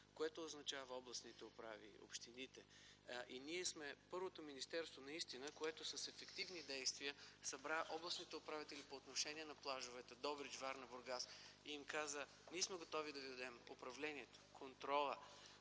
което означава областните управи, общините. Ние сме първото министерство, което с ефективни действия събра областните управители по отношение на плажовете – Добрич, Варна и Бургас, и им казахме: „Ние сме готови да ви дадем управлението, контрола.